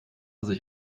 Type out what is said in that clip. sich